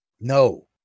no